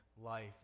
life